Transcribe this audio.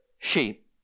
sheep